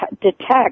detect